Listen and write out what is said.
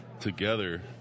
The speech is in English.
together